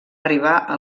arribar